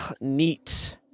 neat